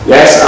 Yes